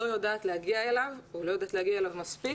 לא יודעת להגיע אליו או לא יודעת להגיע אליו מספיק